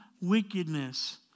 wickedness